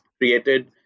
created